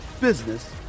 business